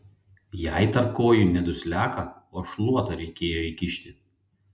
jai tarp kojų ne dusliaką o šluotą reikėjo įkišti